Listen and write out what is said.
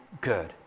good